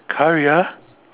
Khairiyah